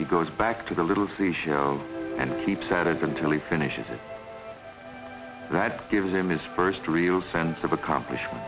he goes back to the little three share and keeps at it until he finishes it that gives him his first real sense of accomplishment